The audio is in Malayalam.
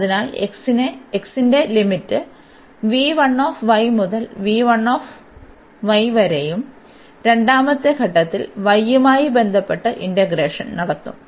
അതിനാൽ x ന്റെ ലിമിറ്റ് മുതൽ വരെയും രണ്ടാമത്തെ ഘട്ടത്തിൽ y യുമായി ബന്ധപ്പെട്ട് ഇന്റഗ്രേഷൻ നടത്തും